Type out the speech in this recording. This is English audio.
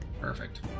Perfect